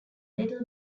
little